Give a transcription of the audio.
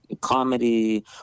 comedy